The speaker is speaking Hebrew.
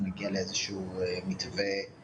כי מגיעים אלינו חולים חדשים ואין לנו מיטה לתת להם.